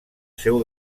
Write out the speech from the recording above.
seu